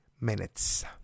minutes